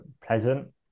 pleasant